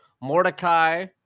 Mordecai